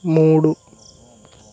మూడు